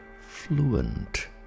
fluent